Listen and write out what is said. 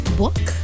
book